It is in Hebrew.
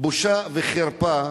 בושה וחרפה,